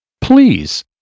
please